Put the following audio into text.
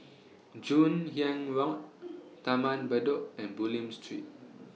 Joon Hiang Road Taman Bedok and Bulim Street